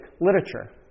literature